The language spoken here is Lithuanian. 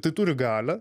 tai turi galią